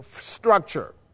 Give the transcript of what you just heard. structure